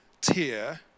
tier